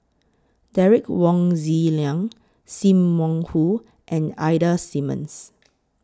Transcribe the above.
Derek Wong Zi Liang SIM Wong Hoo and Ida Simmons